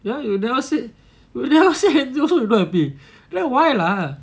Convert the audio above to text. ya you never said you never say also like not happy like why lah